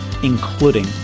including